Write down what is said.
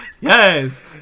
Yes